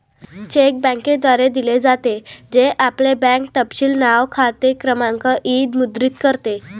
check बँकेद्वारे दिले जाते, जे आपले बँक तपशील नाव, खाते क्रमांक इ मुद्रित करते